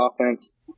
offense